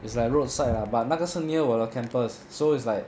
it's like roadside lah but 那个是 near 我的 campus so it's like